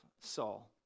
Saul